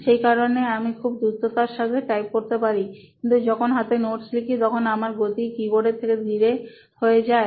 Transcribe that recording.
সেই কারণে আমি খুব দ্রুততার সাথে টাইপ করতে পারি কিন্তু যখন হাতে নোটস লিখি তখন আমার গতি কিবোর্ডের থেকে ধীরে হয়ে যায়